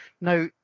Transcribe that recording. Now